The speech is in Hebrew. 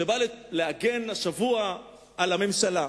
שבא להגן השבוע על הממשלה.